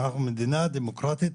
אנחנו מדינה דמוקרטית,